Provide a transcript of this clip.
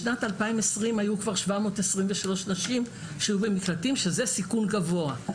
בשנת 2020 היו כבר 723 נשים שהיו במקלטים והן בסיכון גבוה.